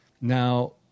Now